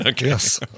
yes